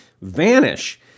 vanish